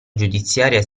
giudiziaria